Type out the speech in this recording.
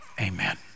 Amen